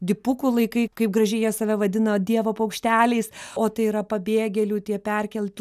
dipukų laikai kaip gražiai jie save vadino dievo paukšteliais o tai yra pabėgėlių tie perkeltų